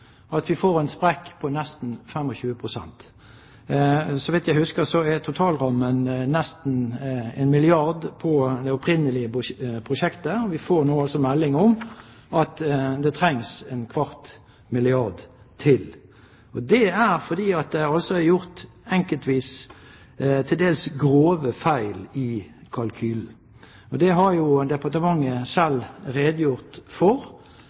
at vi får en sprekk på nesten 25 pst. Så vidt jeg husker, er totalrammen nesten 1 milliard kr på det opprinnelige prosjektet, og vi får nå altså melding om at det trengs en kvart milliard kr til. Det er fordi at det er gjort enkelte til dels grove feil i kalkylen. Det har departementet selv redegjort for.